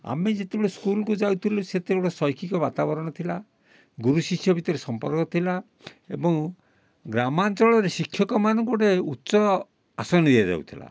ଆମେ ଯେତେବେଳେ ସ୍କୁଲକୁ ଯାଉଥିଲୁ ସେତେବେଳେ ଶୈକ୍ଷିକ ବାତାବରଣ ଥିଲା ଗୁରୁ ଶିଷ୍ୟ ଭିତରେ ସମ୍ପର୍କ ଥିଲା ଏବଂ ଗ୍ରାମାଞ୍ଚଳରେ ଶିକ୍ଷକ ମାନଙ୍କୁ ଗୋଟେ ଉଚ୍ଚ ଆସନ ଦିଆଯାଉଥିଲା